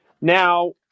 Now